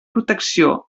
protecció